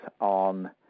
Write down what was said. on